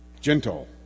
gentle